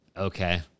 Okay